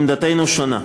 עמדתנו שונה.